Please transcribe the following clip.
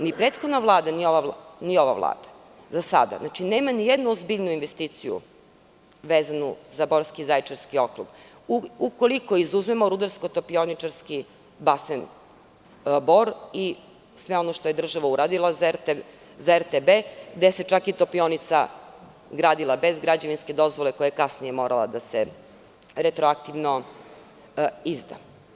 Ni prethodna Vlada, ni ova Vlada, za sada, nema ni jednu ozbiljniju investiciju vezanu za Borski i Zaječarski okrug, ukoliko izuzmemo RTB Bor i sve ono što je država uradila za RTB, gde se čak i topionica gradila bez građevinske dozvole koja je kasnije morala da se retroaktivno izda.